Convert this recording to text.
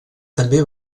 també